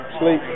sleep